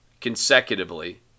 consecutively